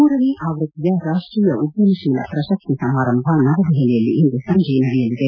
ಮೂರನೇ ಆವೃತ್ತಿಯ ರಾಷ್ಟೀಯ ಉದ್ಯಮಶೀಲ ಪ್ರಶಸ್ತಿ ಸಮಾರಂಭ ನವದೆಹಲಿಯಲ್ಲಿ ಇಂದು ಸಂಜೆ ನಡೆಯಲಿದೆ